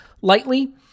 lightly